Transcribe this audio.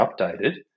updated